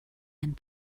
and